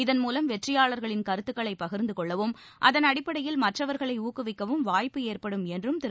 இதன்மூலம் வெற்றியாளர்களின் கருத்துக்களை பகிர்ந்து கொள்ளவும் அதன் அடிப்படையில் மற்றவர்களை ஊக்குவிக்கவும் வாய்ப்பு ஏற்படும் என்றும் திரு